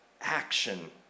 action